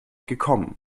gekommen